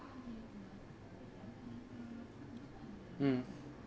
mm